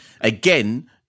Again